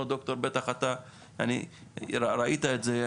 בטח אתה ראית את זה.